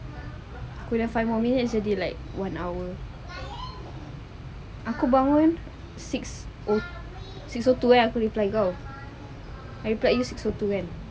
aku dah five more minutes jadi like one hour aku bangun six O six O two ya aku reply kau I reply you six O two kan